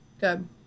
Good